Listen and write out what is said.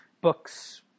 books